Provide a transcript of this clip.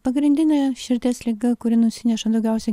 pagrindinė širdies liga kuri nusineša daugiausiai